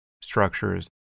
structures